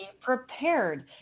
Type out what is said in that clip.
prepared